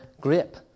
grip